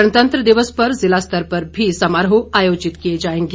गणतंत्र दिवस पर जिला स्तर पर भी समारोह आयोजित किए जाएंगे